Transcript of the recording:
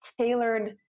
tailored